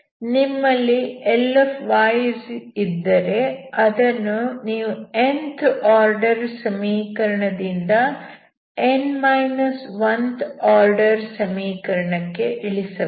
ನಿಮ್ಮಲ್ಲಿ Ly ಇದ್ದರೆ ಅದನ್ನು ನೀವು nth ಆರ್ಡರ್ ಸಮೀಕರಣದಿಂದ th ಆರ್ಡರ್ ಸಮೀಕರಣಕ್ಕೆ ಇಳಿಸಬಹುದು